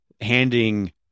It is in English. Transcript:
handing